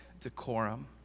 decorum